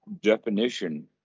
definition